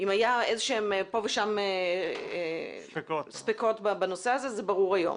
אם היו פה ושם ספקות בנושא הזה, זה ברור היום.